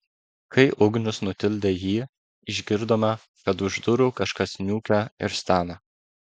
kai ugnius nutildė jį išgirdome kad už durų kažkas niūkia ir stena